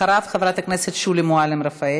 אחריו, חברת הכנסת שולי מועלם-רפאלי.